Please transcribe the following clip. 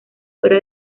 fuera